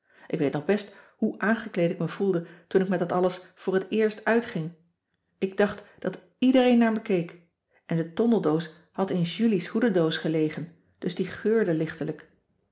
ik weet nog best hoe aangekleed ik me voelde toen ik met dat alles voor t eerst uitging ik dacht dat iedereen naar me keek en de tondeldoos had in julies hoedendoos gelegen dus die geurde lichtelijk